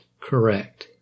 correct